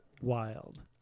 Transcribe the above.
Wild